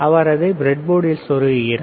அவர் அதை ப்ரெட்போர்டில் செருகுகிறார்